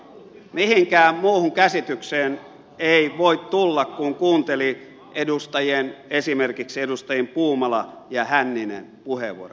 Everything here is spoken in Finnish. mihinkään muuhun käsitykseen ei voi tulla kun kuunteli esimerkiksi edustajien puumala ja hänninen puheenvuoroja